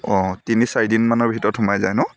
অঁ তিনি চাৰিদিনমানৰ ভিতৰত সোমাই যায় ন